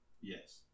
Yes